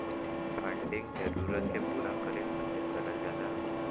funding जरूरत के पूरा करे खातिर करल जाला